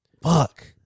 fuck